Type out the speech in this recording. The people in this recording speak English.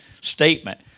statement